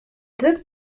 d’eux